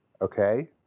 okay